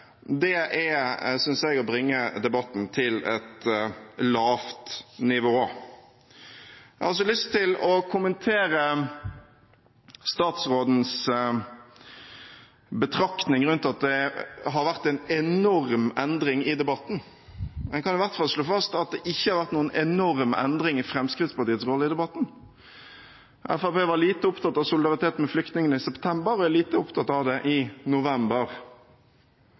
jeg er å bringe debatten til et lavt nivå. Jeg har også lyst til å kommentere statsrådens betraktning rundt at det har vært en enorm endring i debatten. En kan i hvert fall slå fast at det ikke har vært noen enorm endring i Fremskrittspartiets rolle i debatten. Fremskrittspartiet var lite opptatt av solidaritet med flyktningene i september og er lite opptatt av det i november.